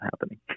happening